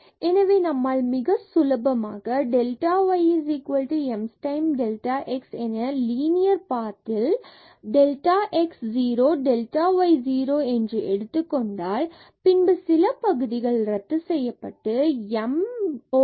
எனவே நம்மால் மிக சுலபமாக இங்கு delta y m delta x என லீனியர் பாத் ல் delta x 0 delta y 0என்று எடுத்துக் கொண்டால் பின்பு சில பகுதிகள் ரத்து செய்யப்பட்டு m 1 m square நமக்கு கிடைக்கிறது